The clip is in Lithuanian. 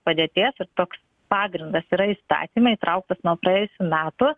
padėties ir toks pagrindas yra įstatyme įtrauktas nuo praėjusių metų